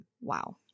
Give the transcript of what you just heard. wow